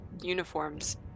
uniforms